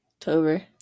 October